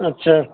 اچھا